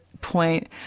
point